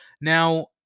Now